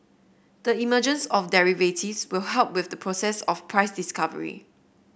the emergence of derivatives will help with the process of price discovery